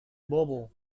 bobo